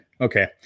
Okay